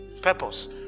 purpose